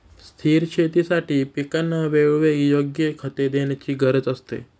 स्थिर शेतीसाठी पिकांना वेळोवेळी योग्य खते देण्याची गरज असते